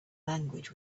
language